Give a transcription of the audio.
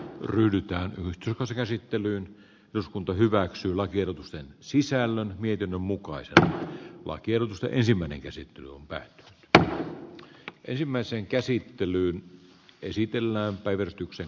ryhdytään joko se käsittelyyn eduskunta hyväksyy lakiehdotusten sisällön viiden mukaiset lakiehdotusta ensimmäinen käsittely on kaikissa oloissa taattu